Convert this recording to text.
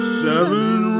seven